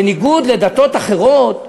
בניגוד לדתות אחרות,